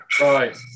Right